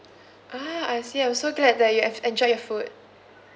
ah I see I'm so glad that you have enjoyed your food